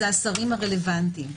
זה השרים הרלוונטיים.